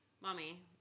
mommy